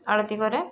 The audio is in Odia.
ଆଳତୀ କରେ